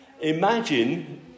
Imagine